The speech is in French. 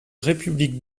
république